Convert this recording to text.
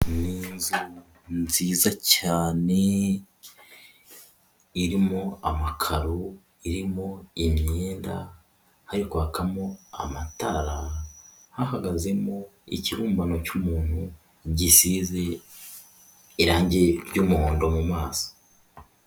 Ni inzu nziza cyane, irimo amakaro, irimo imyenda, hari kwakamo amatara, hahagazemo ikibumbano cy'umuntu gisize irangi ry'umuhondo mu maso.